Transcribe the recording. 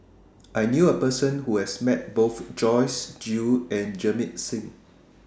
I knew A Person Who has Met Both Joyce Jue and Jamit Singh